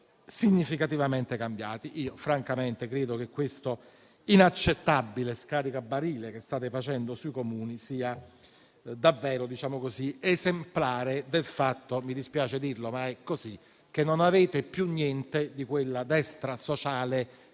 significativamente cambiati. Francamente, credo che questo inaccettabile scaricabile che state facendo sui Comuni sia davvero così esemplare del fatto - mi dispiace dirlo, ma è così - che non avete più niente di quella destra sociale